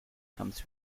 comes